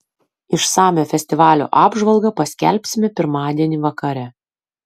išsamią festivalio apžvalgą paskelbsime pirmadienį vakare